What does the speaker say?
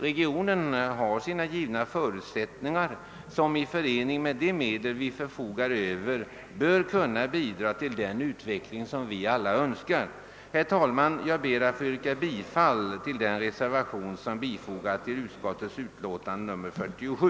Regionen har sina givna förutsättningar, som i förening med de medel vi förfogar över bör kunna bidra till den utveckling vi alla önskar. Herr talman! Jag ber att få yrka bifall till den reservation som fogats till utskottets utlåtande nr 47.